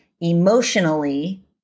emotionally